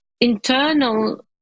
internal